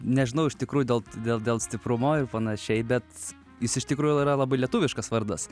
nežinau iš tikrųjų dėl dėl dėl stiprumo ir panašiai bet jis iš tikrųjų yra labai lietuviškas vardas